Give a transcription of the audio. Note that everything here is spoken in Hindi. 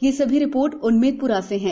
ये सभी रिपोर्ट उमेदप्रा से है